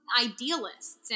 idealists